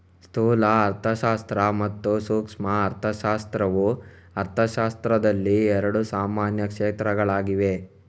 ಸ್ಥೂಲ ಅರ್ಥಶಾಸ್ತ್ರ ಮತ್ತು ಸೂಕ್ಷ್ಮ ಅರ್ಥಶಾಸ್ತ್ರವು ಅರ್ಥಶಾಸ್ತ್ರದಲ್ಲಿ ಎರಡು ಸಾಮಾನ್ಯ ಕ್ಷೇತ್ರಗಳಾಗಿವೆ